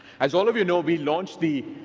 as all of you know, we launched the